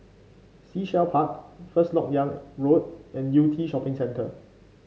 Sea Shell Park First LoK Yang Road and Yew Tee Shopping Centre